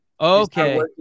Okay